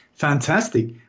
Fantastic